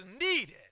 needed